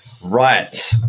right